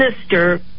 sister